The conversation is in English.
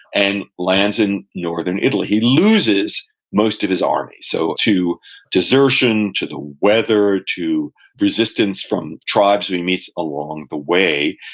and lands in northern italy. he loses most of his army, so, to desertion, to the weather, to resistance from tribes who he meets along the way.